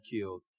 killed